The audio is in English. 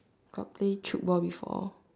got play tchoukball before